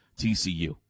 TCU